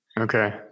Okay